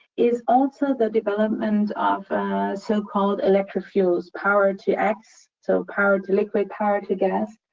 is also the development of so-called electro-fuels power to x. so, power to liquid, power to gas.